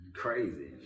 crazy